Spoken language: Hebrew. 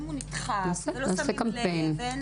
שלפעמים הוא נדחק ולא שמים לב.